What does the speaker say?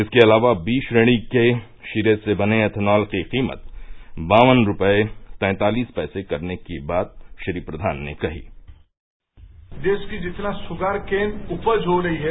इसके अलावा बी श्रेणी के शीरे से बने एथनॉल की कीमत बावन रूपये तैंतालीस पैसे करने की बात श्री प्रधान ने कही देश का जितना शुगर केन उपज हो रही है